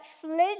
flint